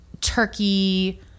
Turkey